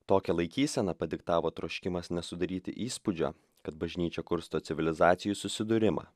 tokią laikyseną padiktavo troškimas nesudaryti įspūdžio kad bažnyčia kursto civilizacijų susidūrimą